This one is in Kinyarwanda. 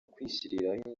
kwishyiriraho